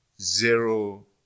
zero